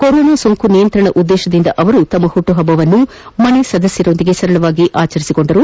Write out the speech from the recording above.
corona ಸೋಂಕು ನಿಯಂತ್ರಣ ಉದ್ದೇಶದಿಂದ ಅವರು ತಮ್ಮ ಹುಟ್ಟುಹಬ್ಬವನ್ನು ಮನೆಯ ಸದಸ್ಯರೊಂದಿಗೆ ಸರಳವಾಗಿ ಆಚರಿಸಿಕೊಂಡರು